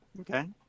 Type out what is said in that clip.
Okay